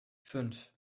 fünf